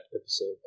episode